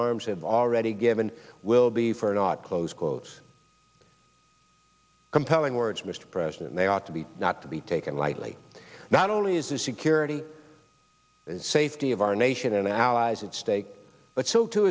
arms have already given will be for not close quote compelling words mr president they ought to be not to be taken lightly not only is the security and safety of our nation allies at stake but so